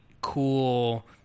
cool